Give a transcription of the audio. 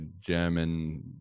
german